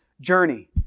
journey